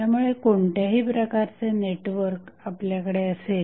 त्यामुळे कोणत्याही प्रकारचे नेटवर्क आपल्याकडे असेल